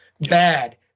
bad